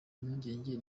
impungenge